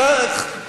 הודעה רשמית.